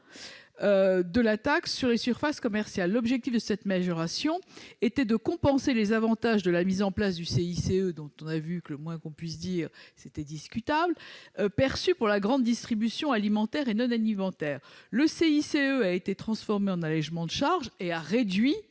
de la taxe sur les surfaces commerciales. L'objectif de cette majoration était de compenser les avantages de la mise en place du CICE- nous avons vu qu'ils étaient discutables -perçus par la grande distribution alimentaire et non alimentaire. Le CICE a été transformé en allégements de charges et réduit